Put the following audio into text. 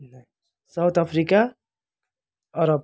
south Africa Arab